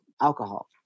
alcohol